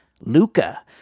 Luca